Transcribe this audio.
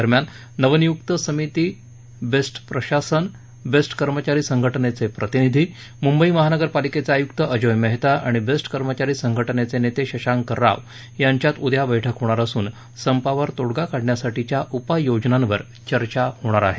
दरम्यान नवनियुक्त समिती बेस्ट प्रशासन बेस्ट कर्मचारी संघटनेचे प्रतिनिधी मुंबईमहानगर पालिकेचे आयुक्त अजोय मेहता आणि बेस्ट कर्मचारी संघटनेचे नेते शशांक राव यांच्यात उद्या बैठक होणार असून संपावर तोडगा काढण्यासाठीच्या उपाययोजनांवर चर्चा होणार आहे